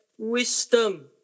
wisdom